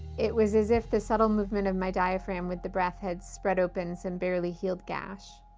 it was as if the subtle movement of my diaphragm with the breath had spread open some barely healed gash,